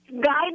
guide